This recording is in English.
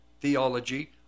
theology